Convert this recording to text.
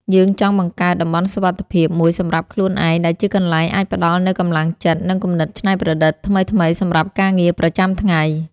យើងចង់បង្កើត តំបន់សុវត្ថិភាព មួយសម្រាប់ខ្លួនឯង ដែលជាកន្លែងអាចផ្ដល់នូវកម្លាំងចិត្ត និងគំនិតច្នៃប្រឌិតថ្មីៗសម្រាប់ការងារប្រចាំថ្ងៃ។